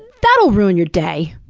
that'll ruin your day!